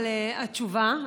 על התשובה,